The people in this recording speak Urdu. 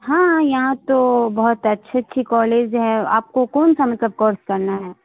ہاں یہاں تو بہت اچھی اچھی کالج ہے آپ کو کون سا مطلب کورس کرنا ہے